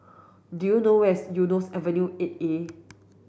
do you know where is Eunos Avenue eight A